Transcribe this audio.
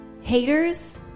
Haters